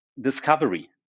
discovery